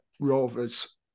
Rovers